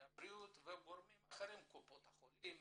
הבריאות וגורמים אחרים כמו קופות חולים